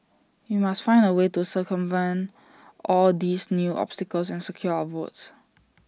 we must find A way to circumvent all these new obstacles and secure our votes